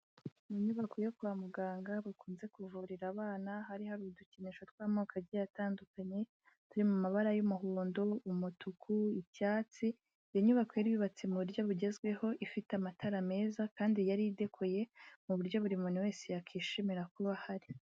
Mu nyubako yo kwa muganga bakunze kuvurira abana hari hari udukinisho tw'amoko agiye atandukanye turi mu mabara y'umuhondo, umutuku, icyatsi, iyo nyubako yubatse mu buryo bugezweho ifite amatara meza kandi yari idekoye mu buryo buri muntu wese yakwishimira kuba ahari.